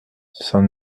cent